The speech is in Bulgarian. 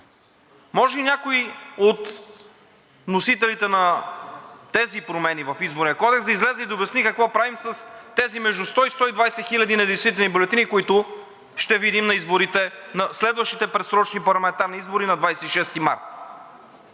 може ли някой от вносителите на тези промени в Изборния кодекс да излезе и да обясни какво правим с тези между 100 и 120 хиляди недействителни бюлетини, които ще видим на следващите предсрочни парламентарни избори на 26 март?